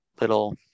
little